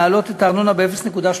להעלות את הארנונה ב-0.3%,